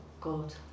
good